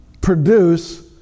produce